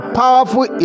powerful